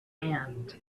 hand